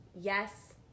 yes